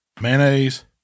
mayonnaise